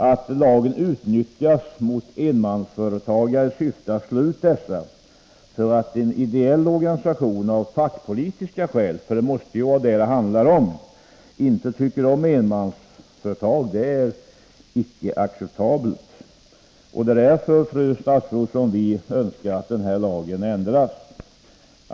Att lagen utnyttjas mot 73 enmansföretagare i syfte att slå ut dessa för att en ideell organisation av fackpolitiska skäl — för det måste ju vara detta som det handlar om — inte tycker om enmansföretag är icke acceptabelt. Det är därför, fru statsråd, som vi Önskar att den här lagen skall ändras.